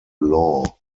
law